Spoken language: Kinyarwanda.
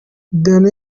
don